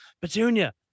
Petunia